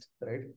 right